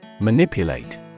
Manipulate